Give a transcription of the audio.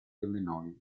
illinois